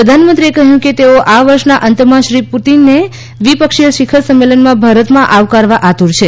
પ્રધાનમંત્રીએ કહ્યું કે તેઓ આ વર્ષના અંતમાં શ્રી પુટિનને દ્વિપક્ષીય શિખર સંમેલનમાં ભારતમાં આવકારવા આતુર છે